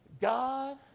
god